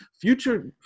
future